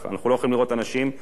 אנחנו לא יכולים לראות אנשים שנלחמים